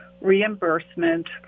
reimbursement